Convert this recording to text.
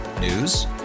News